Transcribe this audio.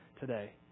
today